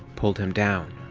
pulled him down.